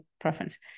preference